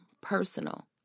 personal